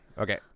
Okay